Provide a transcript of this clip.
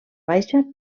baixa